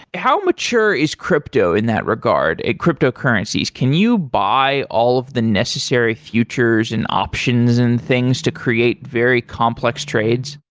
how mature is crypto in that regard in cryptocurrencies? can you buy all of the necessary futures and options and things to create very complex trades?